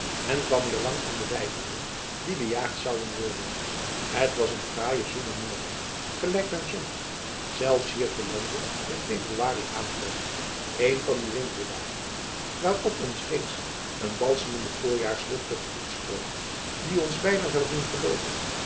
en kwam eerlang aan de weilanden die bejaagd zouden worden het was een fraaie zoele morgen gelijk men soms zelfs hier te lande in february aantreft een van die winterdagen waarop ons reeds een balsemende voorjaarslucht te gemoet stroomt die ons byna zoû doen gelooven